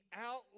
out